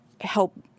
help